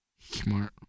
Smart